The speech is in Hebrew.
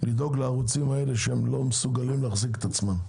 לדאוג לערוצים האלה שהם לא מסוגלים להחזיק את עצמם?